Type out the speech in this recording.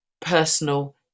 personal